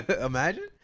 Imagine